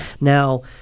Now